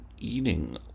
eating